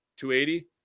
280